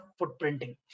footprinting